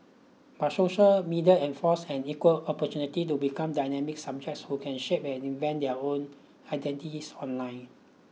but social media enforce an equal opportunity to become dynamic subjects who can shape and invent their own identities online